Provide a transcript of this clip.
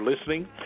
listening